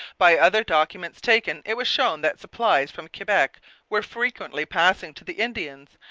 by other documents taken it was shown that supplies from quebec were frequently passing to the indians,